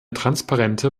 transparente